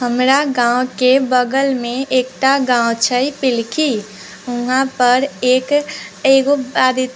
हमरा गाँव के बगल मे एकटा गाँव छै पिलखी वहाँ पर एक एगो आदित्य